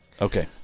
Okay